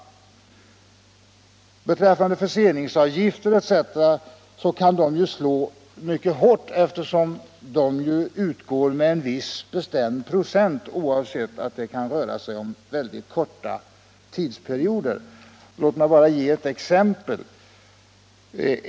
Beträffande förseningsavgifter etc. kan de slå mycket hårt eftersom de utgår med en viss bestämd procent, oavsett att det kan röra sig om väldigt korta tidsperioder. Låt mig bara ge ett exempel.